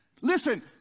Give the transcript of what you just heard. listen